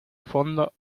fondo